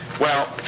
well,